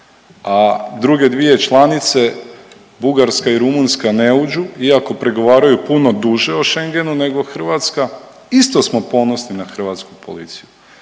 a druge dvije članice Bugarska i Rumunjska ne uđu iako pregovaraju puno duže o Schengenu nego Hrvatska, isto smo ponosni na hrvatsku policiju.